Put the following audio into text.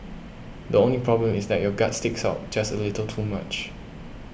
the only problem is that your gut sticks out just a little too much